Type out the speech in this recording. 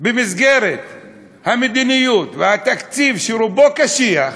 במסגרת המדיניות והתקציב, שרובו קשיח,